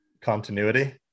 continuity